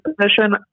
position